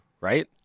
right